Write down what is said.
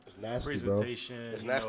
presentation